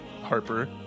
Harper